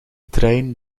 trein